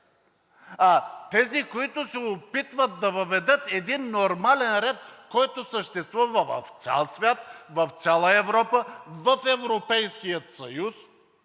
а тези, които се опитват да въведат един нормален ред, който съществува в цял свят, в цяла Европа, в Европейския съюз,